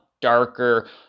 darker